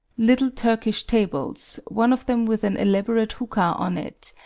little turkish tables, one of them with an elaborate hookah on it,